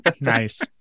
Nice